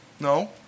No